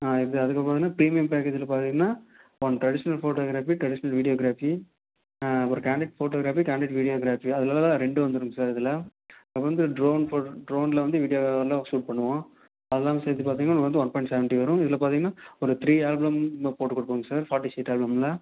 இது அதுக்கப்புறம் வந்து ப்ரீமியம் பேக்கேஜியில் பார்த்தீங்கனா one traditional photography traditional videography அப்புறம் கேண்டிட் ஃபோட்டோக்ராஃபி கேண்டிட் வீடியோக்ராஃபி அதில் தான் ரெண்டும் வந்துருங்க சார் இதில் அப்புறம் வந்து ட்ரோன் போ ட்ரோனில் வந்து வீடியோவுலாம் ஷூட் பண்ணுவோம் அதெல்லாம் சேர்த்து பார்த்தீங்கனா வந்து ஒன் பாயிண்ட் செவென்ட்டி வரும் இதில் பார்த்தீங்கனா ஒரு த்ரீ ஆல்பம் ம போட்டு கொடுப்போங்க சார் ஃபாட்டி ஷீட் ஆல்பமில்